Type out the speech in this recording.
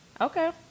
Okay